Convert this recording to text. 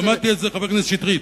חבר הכנסת שטרית.